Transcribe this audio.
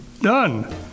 done